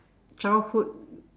childhood